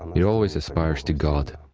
it always aspires to god,